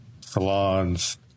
salons